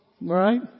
Right